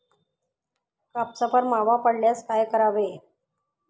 कापसावर मावा पडल्यास काय करावे?